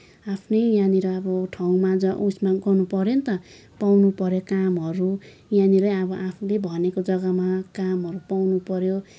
आफ्नै यहाँनिर अब ठाउँमा जहाँ उसमा गर्नु पऱ्यो नि त पाउनु पऱ्यो कामहरू यहाँनिर अब आफूले भनेको जग्गामा कामहरू पाउनु पऱ्यो